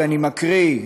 ואני מקריא,